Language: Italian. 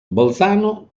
bolzano